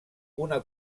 una